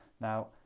Now